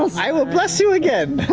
i will bless you again.